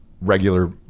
regular